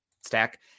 stack